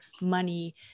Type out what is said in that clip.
money